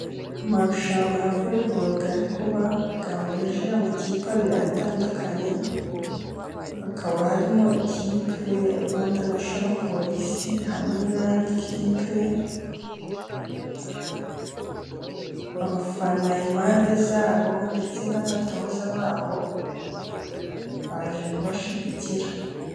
Amarushanwa ya voreboro ari kuba, yahuje amakipe abiri atandukanye. Hakaba harimo ikipe ya Rwanda neshonoro polise, hamwe n'indi kipe. Abafana impande zabo, ndetse n'abatoza babo baje kubashyigikira.